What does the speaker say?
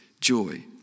joy